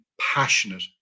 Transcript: passionate